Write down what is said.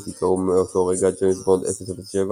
ייקראו מאותו רגע "ג'יימס בונד 007",